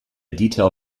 detail